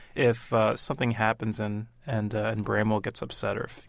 if something happens and and ah and bramwell gets upset or if,